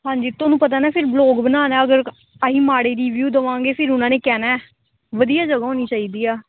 ਹਾਂਜੀ ਤੁਹਾਨੂੰ ਪਤਾ ਨਾ ਫਿਰ ਵਲੋਗ ਬਣਾਉਣਾ ਅਗਰ ਕ ਅਸੀਂ ਮਾੜੇ ਰੀਵਿਊ ਦੇਵਾਂਗੇ ਫਿਰ ਉਨ੍ਹਾਂ ਨੇ ਕਹਿਣਾ ਵਧੀਆ ਜਗ੍ਹਾ ਹੋਣੀ ਚਾਹੀਦੀ ਆ